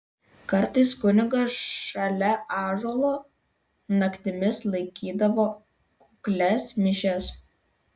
kartais kunigas šalia ąžuolo naktimis laikydavo kuklias mišias